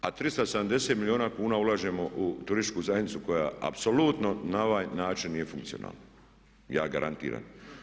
A 370 milijuna kuna ulažemo u Turističku zajednicu koja apsolutno na ovaj način nije funkcionalna, ja garantiram.